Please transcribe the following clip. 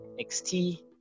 XT